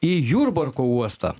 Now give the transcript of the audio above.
į jurbarko uostą